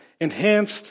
enhanced